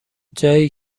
جایی